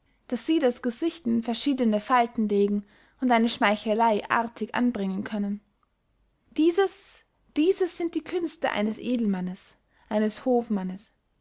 daß sie das gesicht in verschiedene falten legen und eine schmeicheley artig anbringen können dieses dieses sind die künste eines edelmannes eines hofmannes